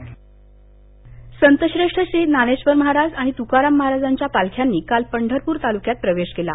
पालखीः संतश्रेष्ठ श्री ज्ञानेश्वर महाराज आणि श्री त्काराम महाराजांच्या पालख्यांनी काल पंढरपूर तालुक्यात प्रवेश केला